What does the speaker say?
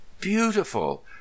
Beautiful